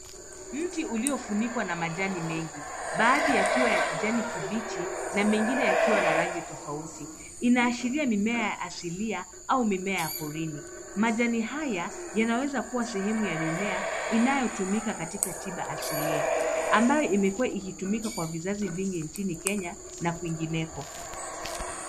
Mti umekuzwa na kufunikwa na majani mengi, baadhi yakiwa ya kijani kibichi na mengine yakiwa na rangi tofauti. Hii inaashiria mimea ya asili au mimea ya porini. Majani haya yanaweza kuwa sehemu ya mimea inayotumika katika tiba asilia, ambayo imekuwa ikitumika kwa vizazi vingi nchini Kenya na kwingineko.